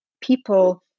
people